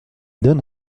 donne